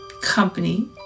company